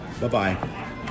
Bye-bye